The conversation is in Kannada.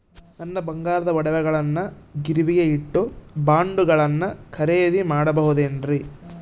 ನನ್ನ ಬಂಗಾರದ ಒಡವೆಗಳನ್ನ ಗಿರಿವಿಗೆ ಇಟ್ಟು ಬಾಂಡುಗಳನ್ನ ಖರೇದಿ ಮಾಡಬಹುದೇನ್ರಿ?